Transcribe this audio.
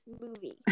movie